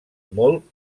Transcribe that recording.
molt